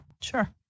Sure